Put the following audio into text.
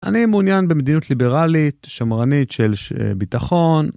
אני מעוניין במדינות ליברלית, שמרנית של ביטחון.